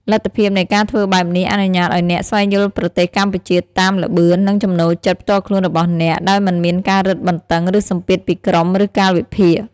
លទ្ធភាពនៃការធ្វើបែបនេះអនុញ្ញាតឱ្យអ្នក ស្វែងយល់ប្រទេសកម្ពុជាតាមល្បឿន និងចំណូលចិត្តផ្ទាល់ខ្លួនរបស់អ្នក ដោយមិនមានការរឹតបន្តឹង ឬសម្ពាធពីក្រុម ឬកាលវិភាគ។